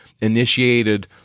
initiated